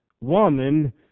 woman